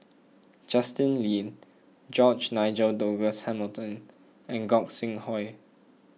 Justin Lean George Nigel Douglas Hamilton and Gog Sing Hooi